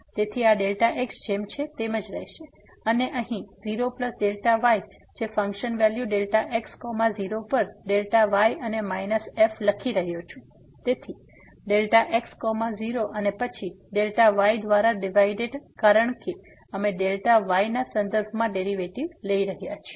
તેથી આ Δx જેમ છે તેમજ રહેશે અને અહીં 0 Δy જે હું ફંક્શન વેલ્યુ Δx0 પર Δy અને માઈનસ f લખી રહ્યો છું તેથી Δx0 અને પછી Δy દ્વારા ડિવાઈડેડ કારણ કે અમે Δy ના સંદર્ભમાં ડેરીવેટીવ લઈ રહ્યા છીએ